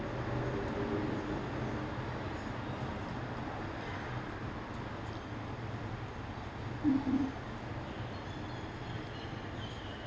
mmhmm